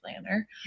planner